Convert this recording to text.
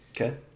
okay